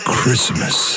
Christmas